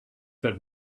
that